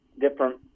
different